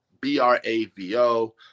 B-R-A-V-O